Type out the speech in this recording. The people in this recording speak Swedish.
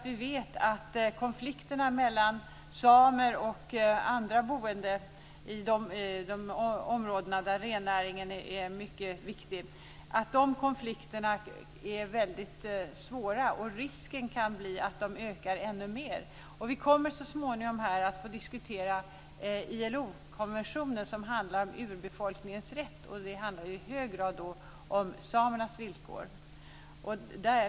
Vi vet att konflikterna mellan samer och andra boende i de områden där rennäringen är mycket viktig är väldigt svåra. Det finns en risk att de ökar ännu mer. Vi kommer så småningom att få diskutera ILO konventionen som gäller urbefolkningens rätt. Det handlar i hög grad om samerna villkor.